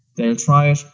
they'll try it,